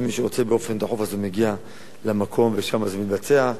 ומי שרוצה באופן דחוף מגיע למקום ושם זה מתבצע.